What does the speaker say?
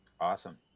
Awesome